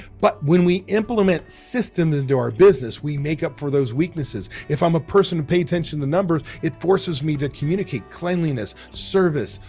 but when we implement systems into our business, we make up for those weaknesses. if i'm a person and pay attention the numbers, it forces me to communicate, cleanliness, service,